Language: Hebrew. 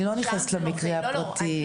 אני לא נכנסת למקרה הפרטי.